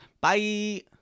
Bye